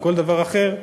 או כל דבר אחר,